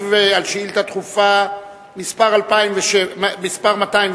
להשיב על שאילתא דחופה מס' 207,